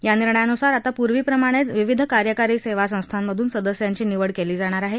या निर्णयानुसार आता पूर्वीप्रमाणेच विविध कार्यकारी सेवा संस्थांमधून सदस्यांची निवड केली जाणार आहे